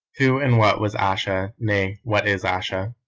who and what was ayesha, nay, what is ayesha?